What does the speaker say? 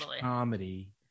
comedy